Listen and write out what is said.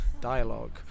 dialogue